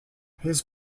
his